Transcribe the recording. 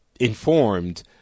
informed